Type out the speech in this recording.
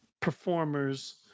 performers